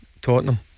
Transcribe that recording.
Tottenham